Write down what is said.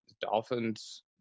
Dolphins